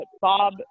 Bob